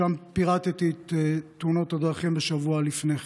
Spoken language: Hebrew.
שבו פירטתי את תאונות הדרכים שהיו בשבוע לפני כן.